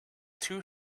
too